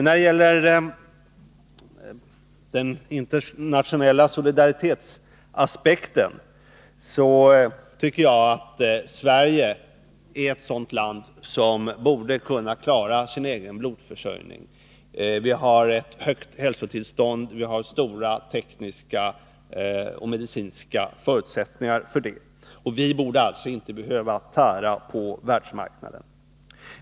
När det gäller den internationella solidariteten tycker jag att Sverige är ett sådant land som borde kunna klara sin egen blodförsörjning. Hälsotillståndet ligger på en hög nivå, och vi har stora tekniska och medicinska förutsättningar för att klara den. Vi borde alltså inte behöva tära på världsmarknaden.